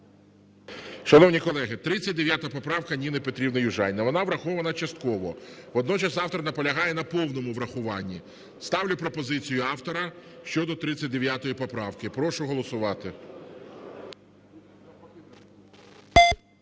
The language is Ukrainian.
Шановні колеги, 39 поправка Ніни Петрівни Южаніної, вона врахована частково, водночас автор наполягає на повному врахуванні. Ставлю пропозицію автора щодо 39 поправки. Прошу голосувати.